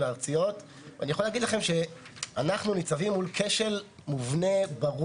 למה זה כזה מסובך ולא